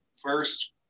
first